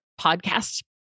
podcast